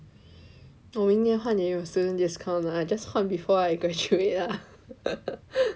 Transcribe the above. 我明天换也是有 student discount [what] just 换 before I graduate lah